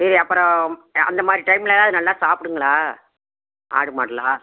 சரி அப்புறோம் அந்த மாதிரி டைம்லல்லாம் அது நல்லா சாப்பிடுங்களா ஆடு மாடுல்லாம்